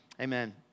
Amen